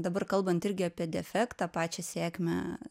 dabar kalbant irgi apie defektą pačią sėkmę